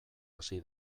hasi